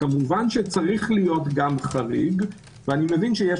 כמובן שצריך להיות גם חריג ואני מבין שיש